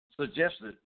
suggested